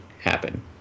happen